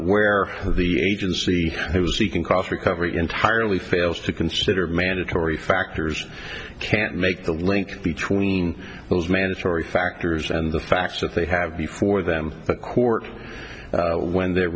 where the agency he was seeking cost recovery entirely fails to consider mandatory factors can't make the link between those mandatory factors and the fact that they have before them but court when they're